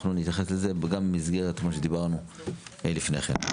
אנחנו נתייחס לזה גם במסגרת מה שדיברנו לפני כן.